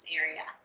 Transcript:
area